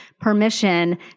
permission